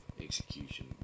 execution